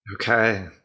Okay